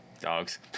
dogs